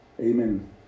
amen